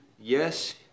yes